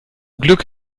glück